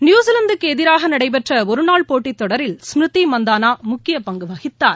நியுசிலாந்திற்கு எதிராக நடைபெற்ற ஒருநாள் போட்டி தொடரில் ஸ்மிருதி மந்தானா முக்கிய பங்கு வகித்தார்